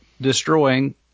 destroying